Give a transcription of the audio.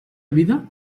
vida